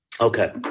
Okay